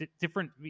different